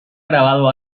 grabado